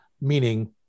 meaning